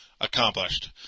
accomplished